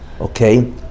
Okay